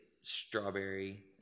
strawberry